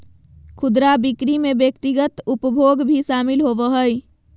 खुदरा बिक्री में व्यक्तिगत उपभोग भी शामिल होबा हइ